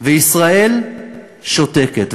וישראל שותקת.